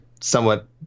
somewhat